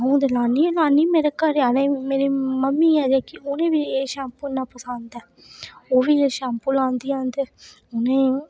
अ'ऊं ते लान्नी गै लान्नी मेरे घरैआह्ले मेरी मम्मी ऐ जेह्की ओह् बी एह् शैम्पू इन्ना पसंद ऐ ओह् बी एह् शैम्पू लांदियां न में